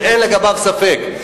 שאין לגביו ספק,